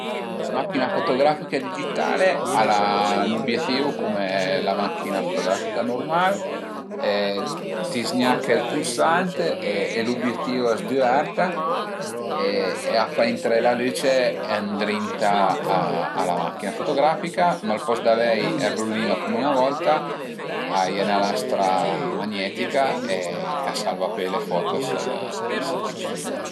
La macchina fotografica digitale al a ün ubietìu cume la macchina fotografica nurmal, ti z-gnache ël pulsante e l'ubietìu a s'düverta e a fa intré la lüce ëndrinta a la macchina fotografica, ma al post d'avei ël rullino cume 'na volta a ie 'na lastra magnetica ch'a salva pöi le foto sël PC